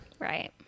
Right